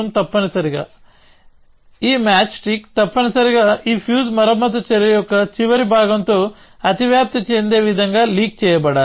తప్పనిసరిగా ఈ match stick తప్పనిసరిగా ఈ ఫ్యూజ్ మరమ్మతు చర్య యొక్క చివరి భాగంతో అతివ్యాప్తి చెందే విధంగా లీక్ చేయబడాలి